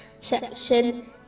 section